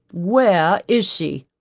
where is she?